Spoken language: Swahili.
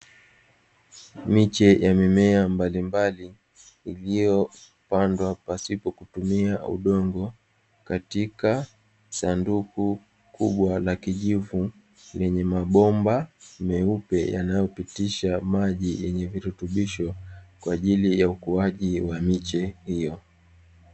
Miche ya mimea mbalimbali iliyopandwa pasipo kutumia udongo katika sanduku kubwa la kijivu lenye mabomba meupe, yanayopitisha maji yenye virutubisho, kwa ajili ya ukuaji wa miche hiyo.